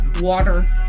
water